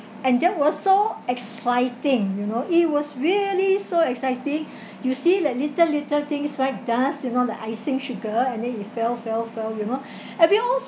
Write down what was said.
and that was so exciting you know it was really so exciting you see that little little things like dust you know the icing sugar and then it fell fell fell you know everyone was